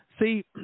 See